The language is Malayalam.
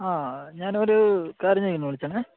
ആ ഞാനൊരു കാര്യം ചോദിക്കാൻ വിളിച്ചതാണേ